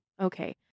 Okay